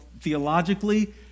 theologically